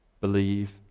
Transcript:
believe